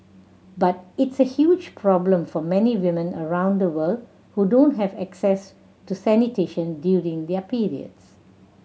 but it's a huge problem for many women around the world who don't have access to sanitation during their periods